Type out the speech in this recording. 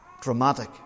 dramatic